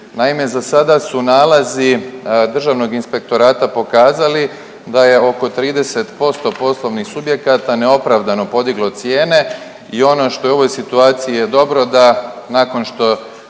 Naime, za sada su nalazi Državnog inspektorata pokazali da je oko 30% poslovnih subjekata neopravdano podiglo cijene i ono što je u ovoj situaciji je dobro da nakon što